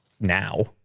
now